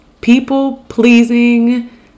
people-pleasing